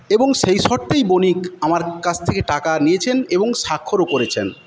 এবং সেই শর্তেই বণিক আমার কাছ থেকে টাকা নিয়েছেন এবং স্বাক্ষরও করেছেন